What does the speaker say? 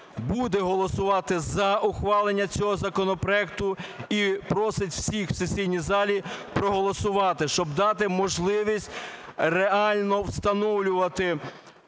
буде голосувати за ухвалення цього законопроекту і просить всіх в сесійній залі проголосувати, щоб дати можливість реально встановлювати